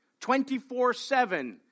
24-7